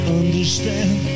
understand